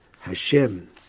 Hashem